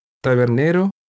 Tabernero